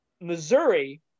Missouri –